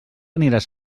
aniràs